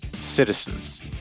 citizens